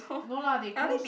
no lah they closed